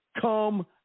come